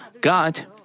God